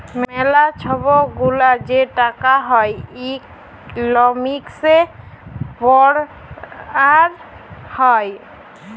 ম্যালা ছব গুলা যে টাকা হ্যয় ইকলমিক্সে পড়াল হ্যয়